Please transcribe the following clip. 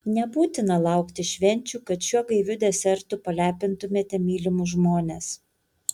nebūtina laukti švenčių kad šiuo gaiviu desertu palepintumėte mylimus žmones